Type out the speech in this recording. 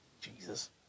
Jesus